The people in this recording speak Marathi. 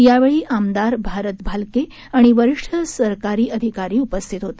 यावेळी आमदार भारत भालके आणि वरिष्ठ सरकारी अधिकारी उपस्थित होते